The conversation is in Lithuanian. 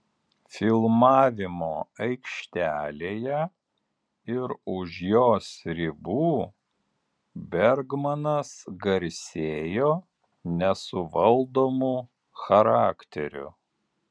filmavimo aikštelėje ir už jos ribų bergmanas garsėjo nesuvaldomu charakteriu